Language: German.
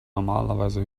normalerweise